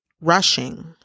rushing